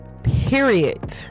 period